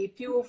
più